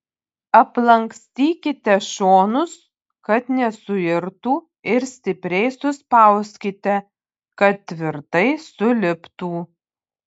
aplankstykite šonus kad nesuirtų ir stipriai suspauskite kad tvirtai suliptų